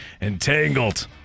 Entangled